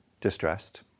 distressed